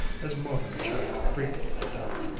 as modern chatter frequently does,